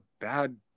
bad